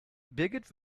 birgit